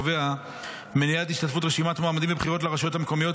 קובע מניעת השתתפות רשימת מועמדים בבחירות לרשויות המקומיות,